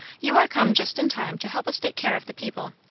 you are come just in time to help us take care of the people.